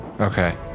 Okay